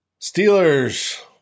Steelers